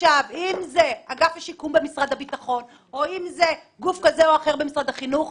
אם זה אגף השיקום במשרד הביטחון או כל גוף אחר במשרד החינוך,